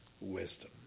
wisdom